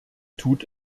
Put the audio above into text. tut